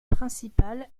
principale